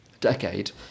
decade